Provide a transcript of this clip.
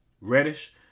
Reddish